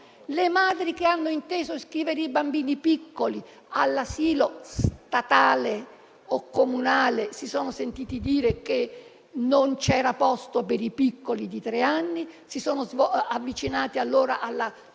le madri che hanno inteso iscrivere i bambini piccoli all'asilo statale o comunale si sono sentite dire che non c'era posto per i piccoli di tre anni, si sono avvicinate allora alla